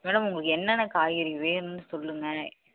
madam உங்களுக்கு என்னென்ன காய்கறி வேணுமுன்னு சொல்லுங்க